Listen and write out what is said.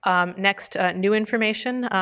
um next, new information,